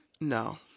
No